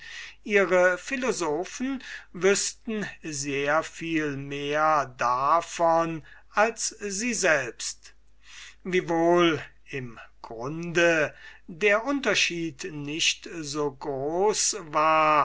ihre philosophen wüßten sehr viel mehr davon als sie selbst wiewohl im grunde der unterschied nicht so groß war